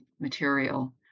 material